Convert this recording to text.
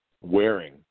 wearing